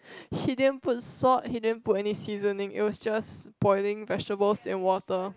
he didn't put salt he didn't put any seasoning it was just boiling vegetables and water